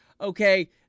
okay